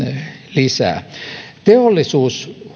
lisää teollisuus